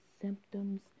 symptoms